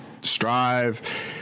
Strive